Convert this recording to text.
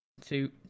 Two